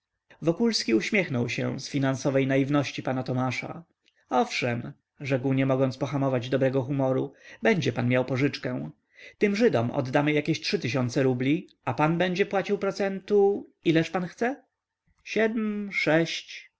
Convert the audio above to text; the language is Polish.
procent wokulski uśmiechnął się z finansowej naiwności pana tomasza owszem rzekł nie mogąc pohamować dobrego humoru będzie pan miał pożyczkę tym żydom oddamy jakieś trzy tysiące rubli a pan będzie płacił procentu ileż pan chce siedm sześć